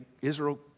Israel